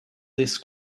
this